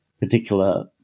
particular